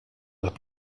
het